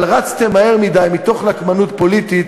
אבל רצתם מהר מדי מתוך נקמנות פוליטית,